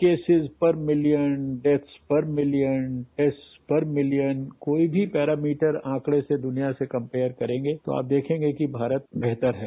cases per million deaths per million test per million कोई भी parameter आंकड़े से दुनिया से कम्पेयर करेंगे तो आप देखेंगे कि भारत बेहतर है